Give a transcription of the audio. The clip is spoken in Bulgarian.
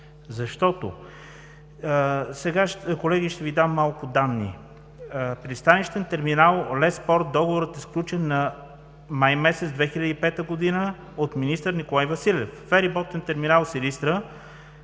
новия. Сега ще Ви дам малко данни. Пристанищен терминал „Леспорт“ – договорът е сключен май месец 2005 година, от министър Николай Василев; фериботен терминал Силистра